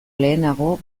lehenago